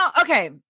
okay